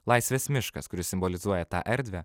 laisvės miškas kuris simbolizuoja tą erdvę